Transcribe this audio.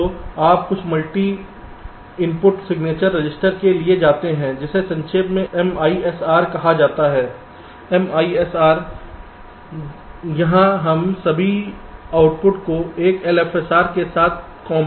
तो आप कुछ मल्टी इनपुट सिग्नेचर रजिस्टर के लिए जाते हैं जिसे संक्षेप में MISR कहा जाता है MISR यहाँ हम सभी आउटपुट को एक LFSR में एक साथ कॉम्पैक्ट करते हैं